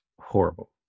horrible